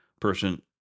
person